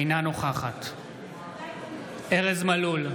אינה נוכחת ארז מלול,